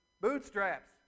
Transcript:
bootstraps